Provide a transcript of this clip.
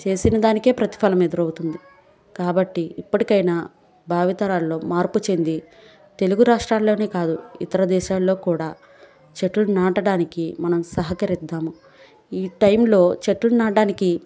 చేసినదానికే ప్రతిఫలం ఎదురవుతుంది కాబట్టి ఇప్పటికైనా భావితరాల్లో మార్పు చెంది తెలుగు రాష్ట్రాల్లోనే కాదు ఇతర దేశాల్లో కూడా చెట్లు నాటడానికి మనం సహకరిద్దాము ఈ టైంలో చెట్లు నాటడానికి